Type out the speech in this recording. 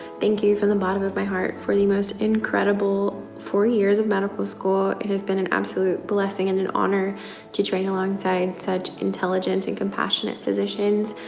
thank you from the bottom of my heart for the most incredible four years of medical school. it has been an absolute blessing and an honor to train alongside such intelligent and compassionate physicians.